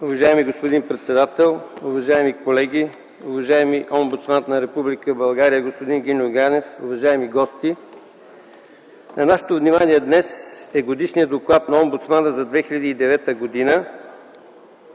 Уважаеми господин председател, уважаеми колеги, уважаеми омбудсман на Република България господин Гиньо Ганев, уважаеми гости! На нашето внимание днес е Годишният доклад на омбудсмана за дейността